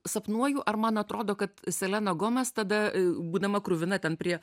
sapnuoju ar man atrodo kad selena gomez tada būdama kruvina ten prie